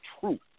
truth